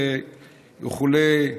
אדוני השר,